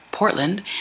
Portland